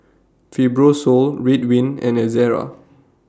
Fibrosol Ridwind and Ezerra